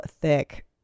thick